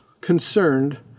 concerned